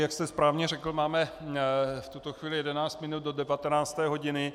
Jak jste správně řekl, máme v tuto chvíli jedenáct minut do 19. hodiny.